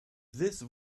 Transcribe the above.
this